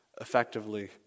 effectively